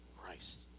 Christ